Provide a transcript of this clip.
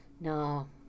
No